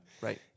Right